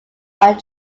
dream